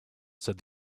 said